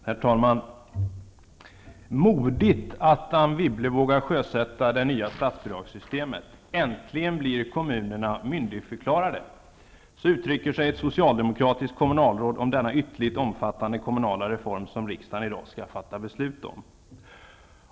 Herr talman! Modigt att Anne Wibble vågar sjösätta det nya statsbidragssystemet! Äntligen blir kommunerna myndigförklarade! Så uttrycker sig ett socialdemokratiskt kommunalråd om den ytterligt omfattande kommunala reform som riksdagen i dag skall fatta beslut om.